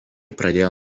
pradėjo